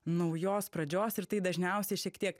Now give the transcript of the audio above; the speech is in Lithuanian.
naujos pradžios ir tai dažniausiai šiek tiek